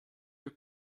your